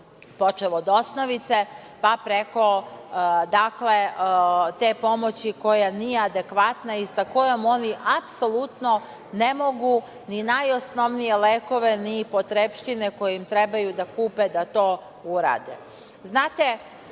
počev od osnovice, pa preko te pomoći koja nije adekvatna i sa kojom oni apsolutno ne mogu ni najosnovnije lekove, ni potrepštine koje im trebaju da kupe, da to urade. Znate,